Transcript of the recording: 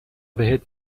بهت